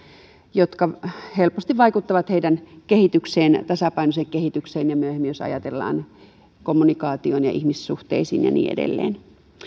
jotka helposti vaikuttavat heidän tasapainoiseen kehitykseensä ja myöhemmin jos tätä ajatellaan kommunikaatioon ja ihmissuhteisiin ja niin edelleen